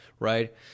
right